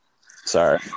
Sorry